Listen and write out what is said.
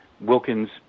Wilkins